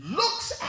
looks